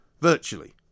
virtually